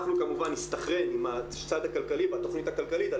אנחנו כמובן נסתנכרן עם הצד הכלכלי בתכנית הכלכלית על